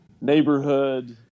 neighborhood